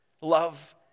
Love